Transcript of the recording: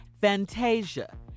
Fantasia